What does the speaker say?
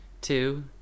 Two